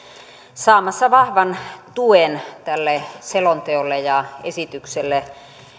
saamassa vahvan tuen tälle selonteolle ja esitykselle